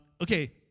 Okay